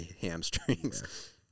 hamstrings